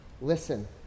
Listen